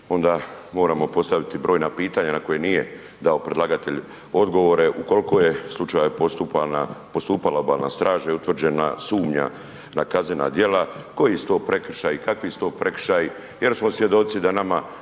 onda moramo postaviti brojna pitanja na koja nije dao predlagatelj odgovore u koliko je slučajeva postupala obalna straža i utvrđena sumnja na kaznena djela, koji su to prekršaji, kakvi su to prekršaji jer smo svjedoci da nama